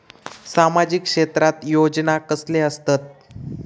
सामाजिक क्षेत्रात योजना कसले असतत?